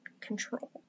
control